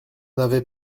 avait